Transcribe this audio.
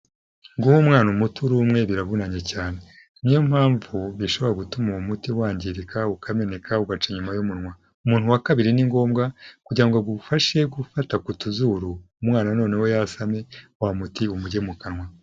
Guha umwana umuti uri umwe biravunanye cyane. Ni yo mpamvu bishobora gutuma uwo muti wangirika, ukameneka, ugaca inyuma y'umunwa. Umuntu wa kabiri ni ngombwa kugira ngo agufashe gufata ku tuzuru, umwana noneho yasamye wa muti umujye mu kanwa.